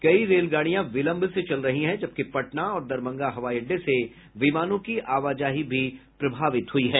कई रेलगाड़ियां विलंब से चल रही है जबकि पटना और दरभंगा हवाई अड्डे से विमानों की आवाजाही भी प्रभावित हुई है